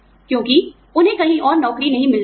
क्योंकि उन्हें कहीं और नौकरी नहीं मिल रही है